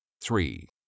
Three